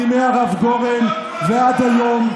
מימי הרב גורן ועד היום.